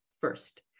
first